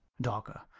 dawker,